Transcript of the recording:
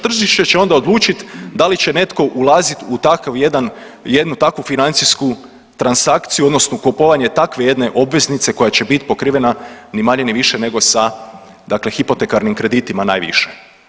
Tržište će onda odlučit da li će netko ulaziti u takav jedan, jednu takvu financijsku transakciju odnosno kupovanje takve jedne obveznice koja će biti pokrivena ni manje ni više nego dakle sa hipotekarnim kreditima najviše.